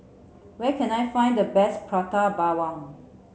where can I find the best Prata Bawang